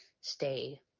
stay